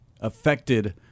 affected